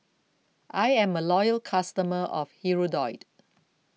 I am a loyal customer of Hirudoid